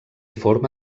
forma